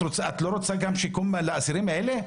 את לא רוצה גם שיקום לאסירים האלה?